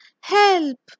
Help